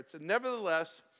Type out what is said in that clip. Nevertheless